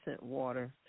water